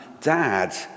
Dad